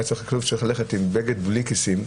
היה צריך ללכת עם בגד בלי כיסים,